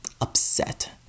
upset